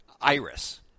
Iris